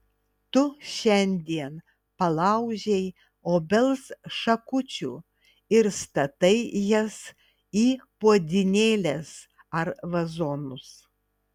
tu šiandien palaužei obels šakučių ir statai jas į puodynėles ar vazonus